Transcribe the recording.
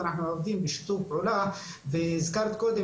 ואנחנו עובדים בשיתוף פעולה והזכרת קודם